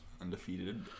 Undefeated